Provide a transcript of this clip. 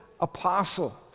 apostle